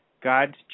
God's